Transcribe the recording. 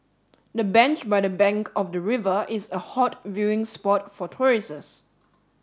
the bench by the bank of the river is a hot viewing spot for tourists